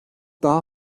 daha